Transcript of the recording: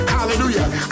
Hallelujah